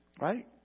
right